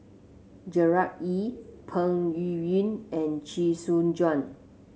Gerard Ee Peng Yuyun and Chee Soon Juan